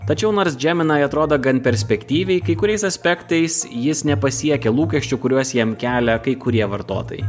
tačiau nors džeminai atrodo gan perspektyviai kai kuriais aspektais jis nepasiekia lūkesčių kuriuos jam kelia kai kurie vartotojai